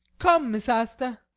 come, miss asta!